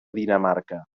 dinamarca